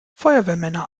feuerwehrmänner